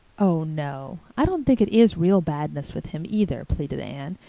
oh, no, i don't think it is real badness with him either, pleaded anne.